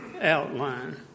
outline